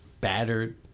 battered